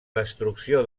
destrucció